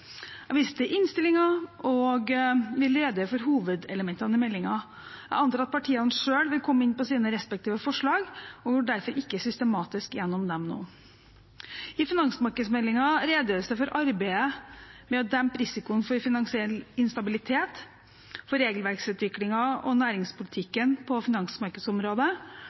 vil redegjøre for hovedelementene i meldingen. Jeg antar at partiene selv vil komme inn på sine respektive forslag, og går derfor ikke systematisk gjennom dem nå. I finansmarkedsmeldingen redegjøres det for arbeidet med å dempe risikoen for finansiell instabilitet, for regelverksutviklingen og næringspolitikken på finansmarkedsområdet,